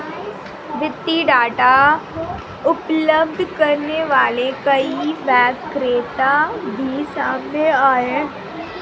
वित्तीय डाटा उपलब्ध करने वाले कई विक्रेता भी सामने आए हैं